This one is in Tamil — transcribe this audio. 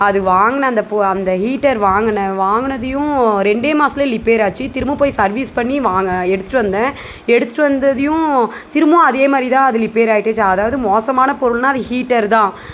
அது வாங்குன அந்த போ அந்த ஹீட்டர் வாங்குன வாங்குனதையும் ரெண்டே மாசத்துலியே லிப்பேர் ஆச்சு திரும்பவும் போய் சர்வீஸ் பண்ணி வாங்க எடுத்துட்டு வந்தேன் எடுத்துட்டு வந்ததையும் திரும்பவும் அதே மாதிரிதான் அது லிப்பேர் ஆகிட்டு ஸோ அதாவது மோசமான பொருள்ன்னா அது ஹீட்டர் தான்